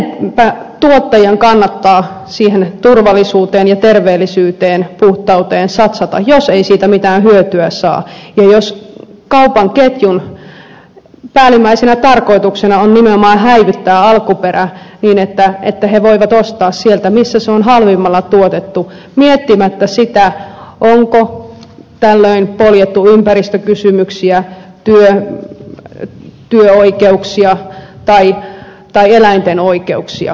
kenen tuottajan kannattaa siihen turvallisuuteen terveellisyyteen ja puhtauteen satsata jos ei siitä mitään hyötyä saa ja jos kaupan ketjun päällimmäisenä tarkoituksena on nimenomaan häivyttää alkuperä niin että se voi ostaa sieltä missä elintarvike on halvimmalla tuotettu miettimättä sitä onko tällöin poljettu ympäristökysymyksiä työoikeuksia tai eläinten oikeuksia